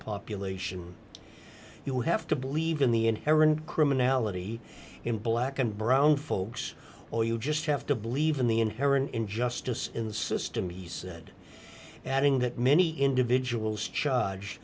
population you have to believe in the inherent criminality in black and brown folks or you just have to believe in the inherent in justice in the system he said adding that many individuals charge